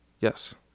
Yes